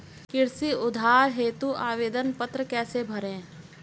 कृषि उधार हेतु आवेदन पत्र कैसे भरें?